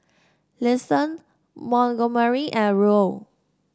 Liston Montgomery and Ruel